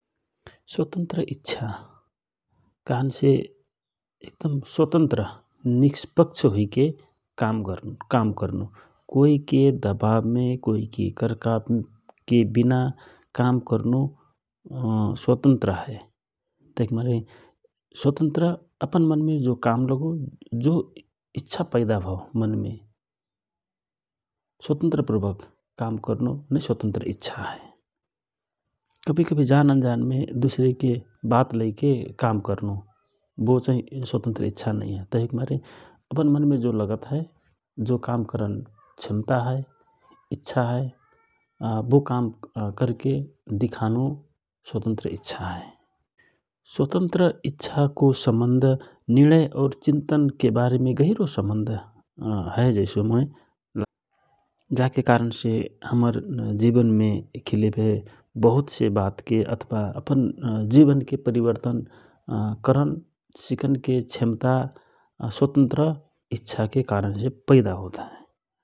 स्वातन्त्र इच्छा कहनसे एक दम स्वातन्त्र निस्पक्ष हुइके काम करनो कोइके दवावमे, कोइके करकाप के विना काम करनो स्वातन्त्र हए । तहिक मारे स्वातन्त्र अपन मनमे जो काम लगो जो इच्छा पैदा भव मनमे स्वातन्त्रपुर्वक काम करनो नै स्वातन्त्र इच्छा हए । कभि कभि जान अनजान मे दुसरेकि बात लैके काम करनो बो चहि स्वातन्त्र इच्छा नइया तहिक मारे अपन मनमे जो लगत हए । जो काम करन क्षमता हए इच्छा हए बो काम करके दिखानो स्वातन्त्र इच्छा हए । स्वातन्त्र इच्छाको सम्बन्ध निर्णयऔर चिन्तनके बारेमे गहिरो सम्बन्ध हए जैसो मोके लागत हए । जाके कारणा से हमर जिवनमे खिले भए बहुतसे बात के अथवा अपन जिवनके परिवर्तन करन सिकनके क्षमता स्वातन्त्र इच्छा होत हए ।